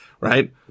right